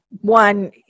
one